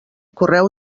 correu